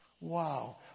wow